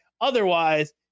otherwise